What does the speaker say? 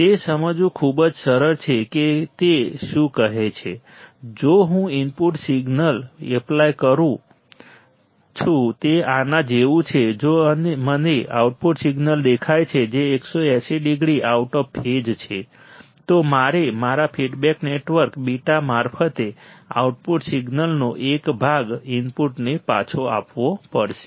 તે સમજવું ખૂબ જ સરળ છે કે તે શું કહે છે જો હું ઇનપુટ સિગ્નલ એપ્લાય કરું છું જે આના જેવું છે જો મને આઉટપુટ સિગ્નલ દેખાય છે જે 180 ડિગ્રી આઉટ ઓફ ફેઝ છે તો મારે મારા ફીડબેક નેટવર્ક β મારફતે આઉટપુટ સિગ્નલનો એક ભાગ ઇનપુટને પાછો આપવો પડશે